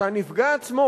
שהנפגע כאן,